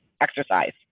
exercise